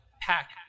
Pack